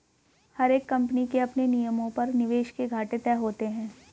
हर एक कम्पनी के अपने नियमों पर निवेश के घाटे तय होते हैं